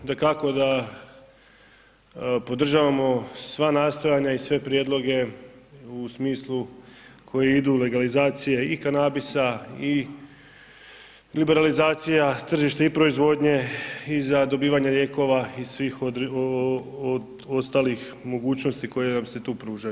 Dakako da podržavamo sva nastojanja i sve prijedloge u smislu koji idu legalizacije i kanabisa i liberalizacija tržišta i proizvodnje i za dobivanje lijekova i svih ostalih mogućnosti koje nam se tu pružaju.